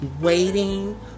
waiting